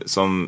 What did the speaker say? Som